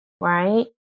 right